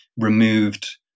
removed